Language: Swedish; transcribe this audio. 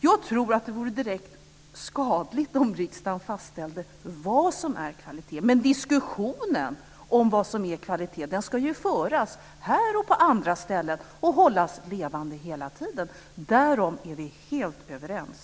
Jag tror att det vore direkt skadligt om riksdagen fastställde vad som är kvalitet. Men diskussionen om vad som är kvalitet, den ska ju föras - här och på andra ställen - och hållas levande hela tiden. Därom är vi helt överens.